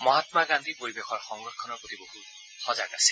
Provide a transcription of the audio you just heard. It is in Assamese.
মহামা গান্ধীয়ে পৰিৱেশৰ সংৰক্ষণৰ প্ৰতি বহুত সজাগ আছিল